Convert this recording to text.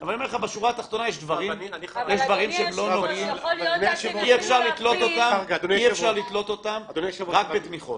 אבל בשורה התחתונה יש דברים שאי אפשר לתלות אותם רק בתמיכות.